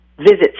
Visits